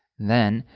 then,